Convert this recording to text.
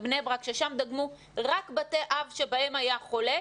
ששם דגמו רק בתי אב שבהם היה חולה,